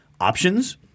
options